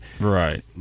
Right